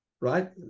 right